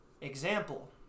Example